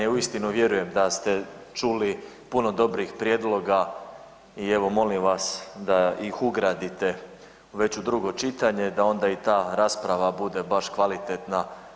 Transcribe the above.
I uistinu vjerujem da ste čuli puno dobrih prijedloga i evo molim vas da ih ugradite već u drugo čitanje, da onda i ta rasprava bude baš kvalitetna.